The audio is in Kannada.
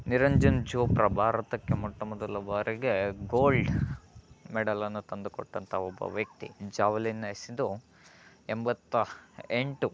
ನಿರಂಜನ್ ಚೋಪ್ರಾ ಭಾರತಕ್ಕೆ ಮೊಟ್ಟಮೊದಲ ಬಾರಿಗೆ ಗೋಲ್ಡ್ ಮೆಡಲನ್ನು ತಂದುಕೊಟ್ಟಂಥ ಒಬ್ಬ ವ್ಯಕ್ತಿ ಜಾವಲಿನ್ ಎಸೆದು ಎಂಬತ್ತ ಎಂಟು